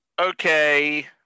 okay